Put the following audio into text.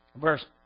verse